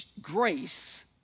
grace